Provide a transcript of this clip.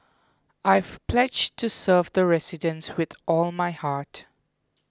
I've pledged to serve the residents with all my heart